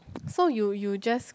so you you just